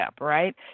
right